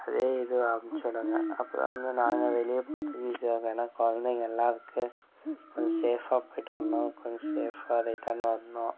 அதே இதுவை அனுப்பிச்சி விடுங்க அப்புறம் வந்து நாங்கள் வெளியே போகிறதுக்கு ஈசியாக இருக்கும் ஏன்னா குழந்தைங்கெல்லாம் இருக்குது கொஞ்சம் சேஃபாக போயிட்டு வரணும் கொஞ்சம் சேஃபாக ரிட்டன் வரணும்